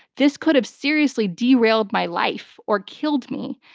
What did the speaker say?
this could have seriously derailed my life or killed me.